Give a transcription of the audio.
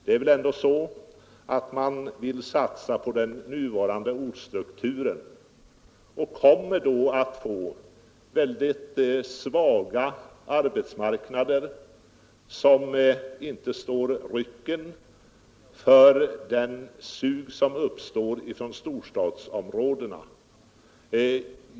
Man vill väl ändå satsa på den nuvarande ortsstrukturen, och då kommer man att få väldigt svaga arbetsmarknader, som inte står rycken för suget från storstadsområdena.